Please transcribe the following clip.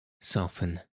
soften